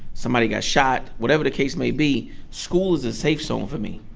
somebody got shot whatever the case may be, school is a safe zone for me.